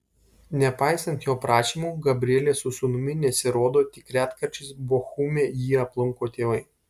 nepaisant jo prašymų gabrielė su sūnumi nesirodo tik retkarčiais bochume jį aplanko tėvai